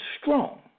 strong